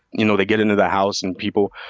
you know, they get in the house and people,